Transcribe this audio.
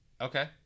okay